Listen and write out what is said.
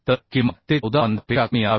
तर किमान ते 14 15 पेक्षा कमी असावे